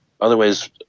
otherwise